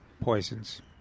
Poisons